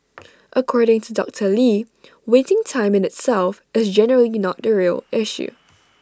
according to doctor lee waiting time in itself is generally not the real issue